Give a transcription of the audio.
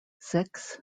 six